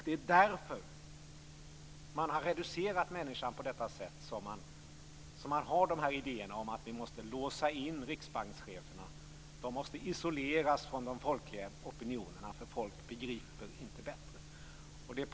Det är för att man har reducerat människan på detta sätt som man har dessa idéer om att vi måste låsa in riksbankscheferna, att de måste isoleras från de folkliga opinionerna därför att folk inte begriper bättre.